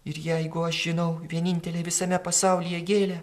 ir jeigu aš žinau vienintelę visame pasaulyje gėlę